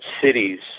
cities